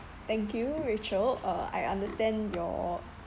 thank you rachel uh I understand your